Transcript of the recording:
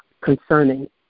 concerning